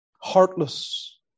heartless